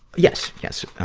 yes, yes.